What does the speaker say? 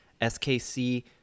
SKC